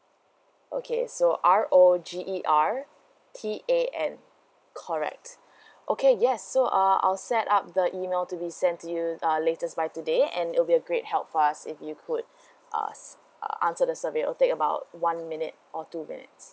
okay so R O G E R T A N correct okay yes so uh I'll set up the email to be sent to you uh latest by today and it will be a great help for us if you could uh uh answer the survey it'll take about one minute or two minutes